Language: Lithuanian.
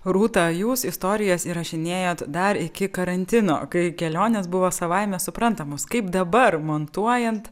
rūta jūs istorijas įrašinėjot dar iki karantino kai kelionės buvo savaime suprantamos kaip dabar montuojant